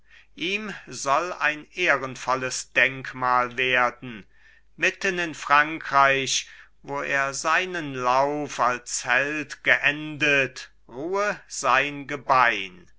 ihm soll ein ehrenvolles denkmal werden mitten in frankreich wo er seinen lauf als held geendet ruhe sein gebein